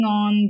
on